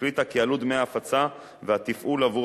והחליטה כי עלות דמי ההפצה והתפעול עבור